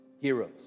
heroes